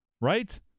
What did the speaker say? right